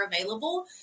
available